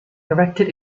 erected